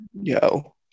Yo